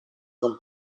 con